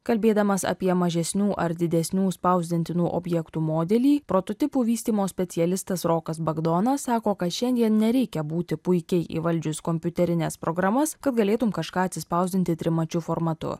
kalbėdamas apie mažesnių ar didesnių spausdintinų objektų modelį prototipų vystymo specialistas rokas bagdonas sako kad šiandien nereikia būti puikiai įvaldžius kompiuterines programas kad galėtum kažką atsispausdinti trimačiu formatu